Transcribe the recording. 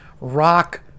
rock